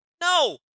No